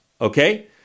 Okay